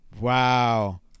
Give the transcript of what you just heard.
Wow